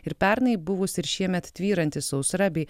ir pernai buvusi ir šiemet tvyranti sausra bei